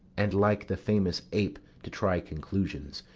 and, like the famous ape, to try conclusions,